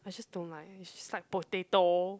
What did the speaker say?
I just don't like it's just like potato